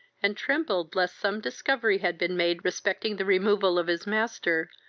and trembled lest some discovery had been made respecting the removal of his master,